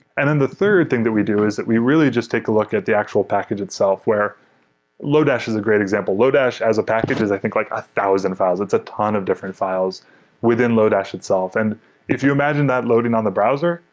and then the third thing that we do is that we really just take a look at the actual package itself where lodash is a great example. lodash, as a package, is i think like a thousand files. it's a ton of different files within lodash itself. and if if you imagine that loading on the browser,